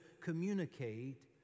communicate